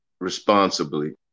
responsibly